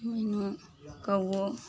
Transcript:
ओइमे कौओ